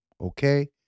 okay